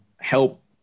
help